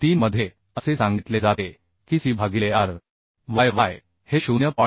3 मध्ये असे सांगितले जाते की C भागिले r y y हे 0